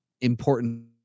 important –